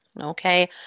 Okay